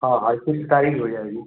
हाँ हाँ इसके लिए हो जाएगी